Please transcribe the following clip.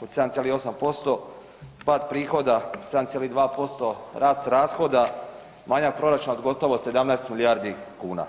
od 7,8%,pad prihoda 7,2%, rast rashoda, manjak proračuna gotovo 17 milijardi kuna.